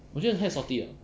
我觉得的太 salty 了